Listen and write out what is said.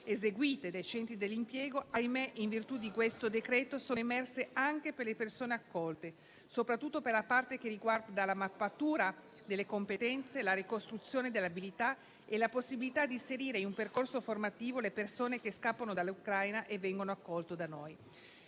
eseguite dai centri dell'impiego, ahimè, in virtù di questo-legge sono emerse anche per le persone accolte, soprattutto per la parte che riguarda la mappatura delle competenze, la ricostruzione dell'abilità e la possibilità di inserire in un percorso formativo le persone che scappano dall'Ucraina e vengono accolte da noi.